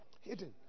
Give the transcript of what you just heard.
Hidden